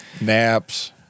Naps